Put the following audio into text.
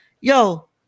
Yo